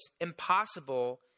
impossible